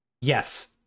Yes